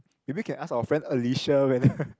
maybe we can ask our friend Alicia whether